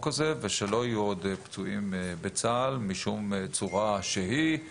הזה ושלא יהיו עוד פצועים בצה"ל בשום צורה שהיא,